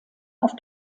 auf